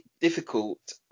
difficult